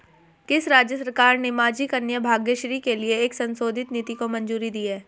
किस राज्य सरकार ने माझी कन्या भाग्यश्री के लिए एक संशोधित नीति को मंजूरी दी है?